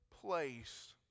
place